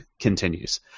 continues